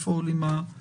התשפ"א 2021 (מ/1413).